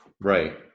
right